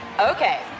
Okay